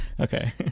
Okay